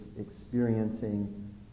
experiencing